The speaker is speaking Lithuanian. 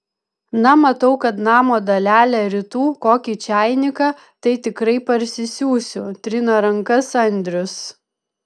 na matau kad namo dalelę rytų kokį čainiką tai tikrai parsisiųsiu trina rankas andrius